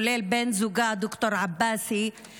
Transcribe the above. כולל בן זוגה ד"ר עבאסי,